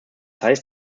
heißt